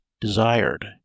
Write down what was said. desired